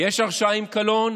יש הרשעה עם קלון